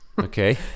Okay